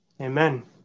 Amen